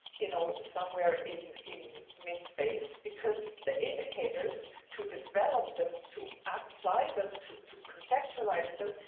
you know, somewhere in in mindspace because the indicators to develop them, to apply them to to contextualize them,